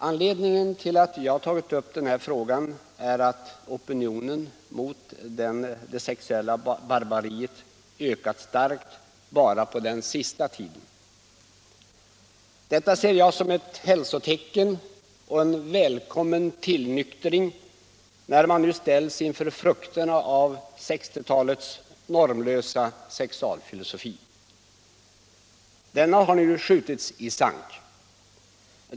Anledningen till att jag tagit upp frågan är att opinionen mot det sexuella barbariet ökat starkt bara på den senaste tiden. Detta ser jag som ett hälsotecken och en välkommen tillnyktring, när man nu ställs inför frukterna av 1960-talets normlösa sexualfilosofi. Denna har nu skjutits i sank.